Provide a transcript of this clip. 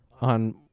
on